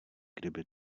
kdyby